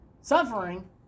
Suffering